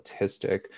autistic